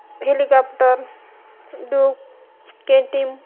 helicopter duke KTM